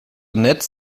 annette